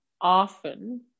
often